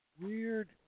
weird